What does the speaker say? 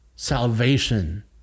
Salvation